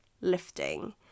lifting